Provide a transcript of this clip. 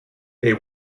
they